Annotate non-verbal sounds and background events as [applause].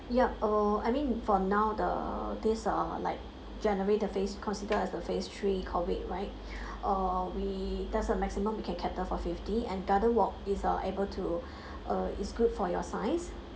yup uh I mean for now the this uh like january the phase consider as the phase three COVID right [breath] uh we that's the maximum we can cater for fifty and garden walk is uh able to uh is good for your size